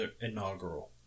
inaugural